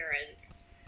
parents